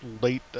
late